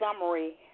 summary